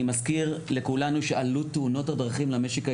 אני מזכיר לכולנו שעלות תאונות הדרכים למשק הישראלי,